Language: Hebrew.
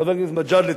חבר הכנסת מג'אדלה,